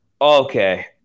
Okay